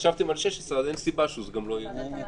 חשבתם על 16 אז אין סיבה שזה גם לא יהיה פה.